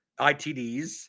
ITDs